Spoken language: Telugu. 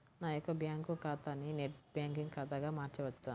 నా యొక్క బ్యాంకు ఖాతాని నెట్ బ్యాంకింగ్ ఖాతాగా మార్చవచ్చా?